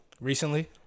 Recently